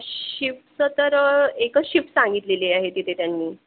शिफ्टचं तर एकच शिफ्ट सांगितलेली आहे तिथे त्यांनी